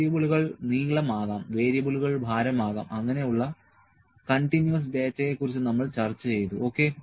വേരിയബിളുകൾ നീളം ആകാം വേരിയബിളുകൾ ഭാരം ആകാം അങ്ങനെ ഉള്ള കണ്ടിന്യൂവസ് ഡാറ്റയെ കുറിച്ച് നമ്മൾ ചർച്ച ചെയ്തു ഓക്കേ